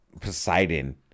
Poseidon